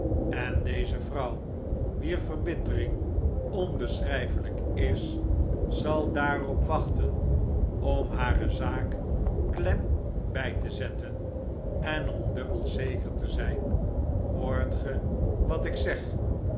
en deze vrouw wier verbittering onbeschrgfeljjk is zal daarop wachten om hare zaak klem bij te zetten en om dubbel zeker te zn'n hoort ge wat ik zeg